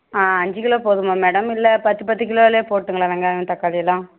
அஞ்சு கிலோ போதுமா மேடம் இல்லை பத்து பத்து கிலோவில் போட்டுங்களா வெங்காயம் தக்காளி எல்லாம்